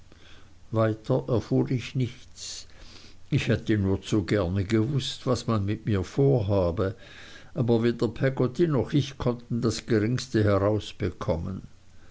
weiter erfuhr ich nichts ich hätte nur zu gerne gewußt was man mit mir vorhabe aber weder peggotty noch ich konnten das geringste herausbekommen